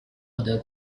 other